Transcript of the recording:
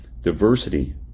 Diversity